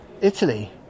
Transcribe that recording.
italy